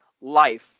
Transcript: life